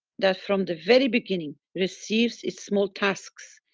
that from the very beginning, receives it's small tasks,